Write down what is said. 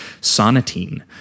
Sonatine